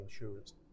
insurance